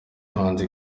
umuhanzi